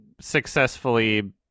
successfully